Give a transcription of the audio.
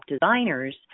designers